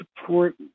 support